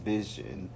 Vision